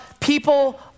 people